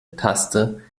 taste